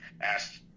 asked